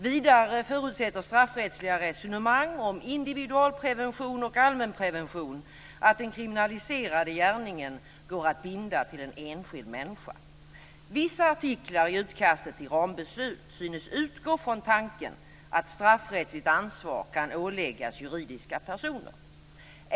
Vidare förutsätter straffrättsliga resonemang om individualprevention och allmänprevention att den kriminaliserade gärningen går att binda till en enskild människa. Vissa artiklar i utkastet till rambeslut synes utgå från tanken att straffrättsligt ansvar kan åläggas juridiska personer.